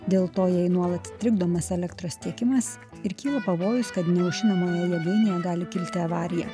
dėl to jai nuolat trikdomas elektros tiekimas ir kyla pavojus kad neaušinamoje jėgainėje gali kilti avarija